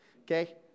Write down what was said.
Okay